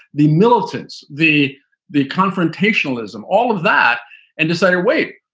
the militants, the the confrontational ism, all of that and decided, wait,